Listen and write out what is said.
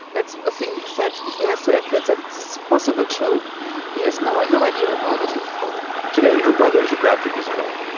that's a thing he said he has to admit and it's possible too he has no right no idea about it today her brother is a graphic designer.